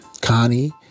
Connie